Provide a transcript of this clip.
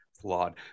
flawed